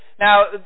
Now